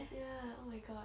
ya oh my god